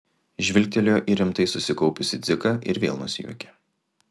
žvilgtelėjo į rimtai susikaupusį dziką ir vėl nusijuokė